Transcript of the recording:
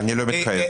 אני לא מתחייב.